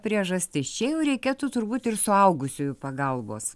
priežastis čia jau reikėtų turbūt ir suaugusiųjų pagalbos